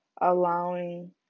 allowing